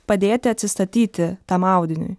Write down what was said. padėti atsistatyti tam audiniui